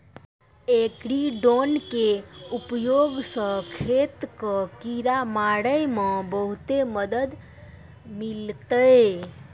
agri drone के उपयोग स खेत कॅ किड़ा मारे मॅ बहुते मदद मिलतै